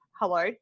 hello